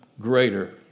greater